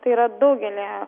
tai yra daugelyje